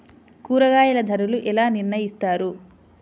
కూరగాయల ధరలు ఎలా నిర్ణయిస్తారు?